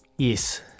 Yes